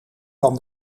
van